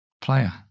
player